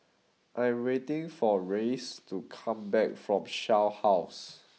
I am waiting for Rhys to come back from Shell House